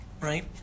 right